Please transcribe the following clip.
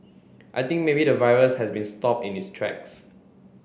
I think maybe the virus has been stop in this tracks